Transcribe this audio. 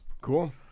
Cool